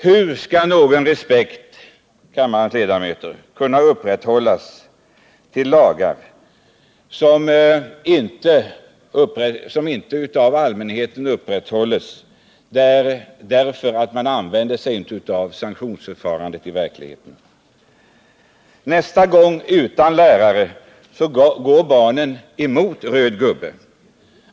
Hur, kammarledamöter, skall man bland allmänheten kunna upprätthålla någon respekt för lagar, då man inte använder sig av sanktionsförfarandet? 3 Nästa gång, utan lärare, går barnen mot röd gubbe.